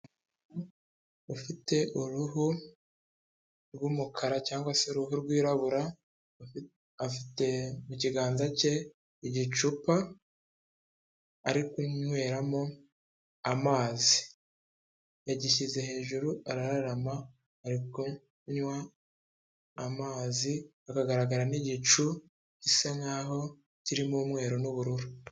Ufite uruhu rw'umukara cyangwa se uruhu rwirabura, afite mu kiganza cye igicupa ari kunyweramo amazi, yagishyize hejuru ararama ari kunywa amazi, hakagaragara n'igicu gisa nk'aho kirimo umweru n'ubururu.